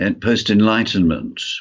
post-Enlightenment